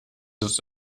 des